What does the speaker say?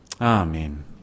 Amen